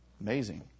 amazing